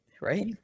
right